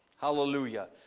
Hallelujah